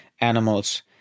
animals